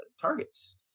targets